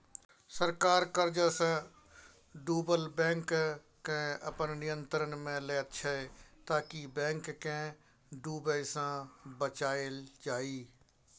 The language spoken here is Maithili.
सरकार कर्जसँ डुबल बैंककेँ अपन नियंत्रणमे लैत छै ताकि बैंक केँ डुबय सँ बचाएल जाइ